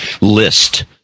list